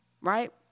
right